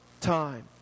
time